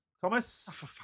Thomas